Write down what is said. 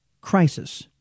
crisis